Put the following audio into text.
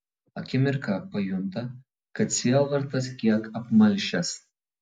akimirką pajunta kad sielvartas kiek apmalšęs